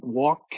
walk